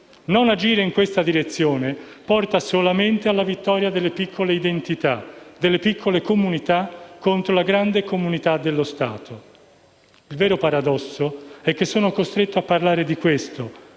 Non agire in questa direzione porta solamente alla vittoria delle piccole identità, delle piccole comunità, contro la grande comunità dello Stato. Il vero paradosso è che sono costretto a parlare di questo,